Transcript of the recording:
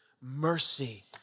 mercy